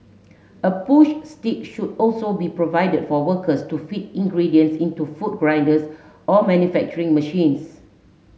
a push stick should also be provided for workers to feed ingredients into food grinders or manufacturing machines